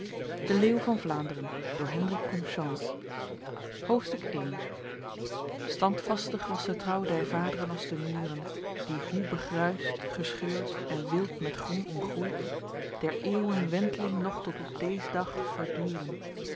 standvastig was de trouw der vad'ren als de muren die hoe begruisd gescheurd en wild met groen omgroeid der eeuwen went'ling nog tot op deez dag verduren